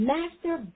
Master